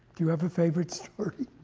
you have a favorite story?